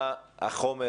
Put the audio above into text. מה החומר